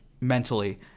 mentally